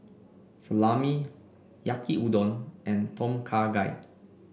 Salami Yaki Udon and Tom Kha Gai